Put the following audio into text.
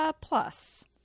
plus